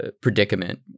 predicament